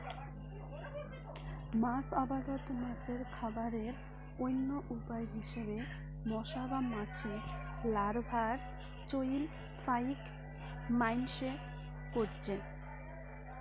মাছ আবাদত মাছের খাবারের অইন্য উপায় হিসাবে মশা বা মাছির লার্ভার চইল ফাইক মাইনষে কইরচে